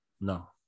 No